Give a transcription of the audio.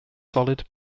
solid